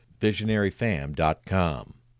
visionaryfam.com